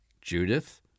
Judith